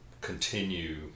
continue